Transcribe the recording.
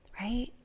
right